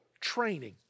training